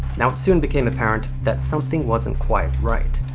now, it soon become apparent that something wasn't quite right.